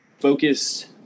focused